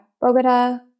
Bogota